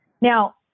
Now